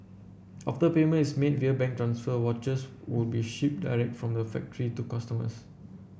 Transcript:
after payment is made via bank transfer watches would be shipped direct from the factory to customers